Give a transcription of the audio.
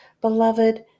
Beloved